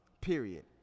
Period